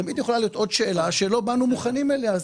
תמיד יכולה להיות עוד שאלה שלא באנו מוכנים אליה.